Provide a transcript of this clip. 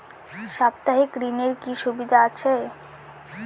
সাপ্তাহিক ঋণের কি সুবিধা আছে?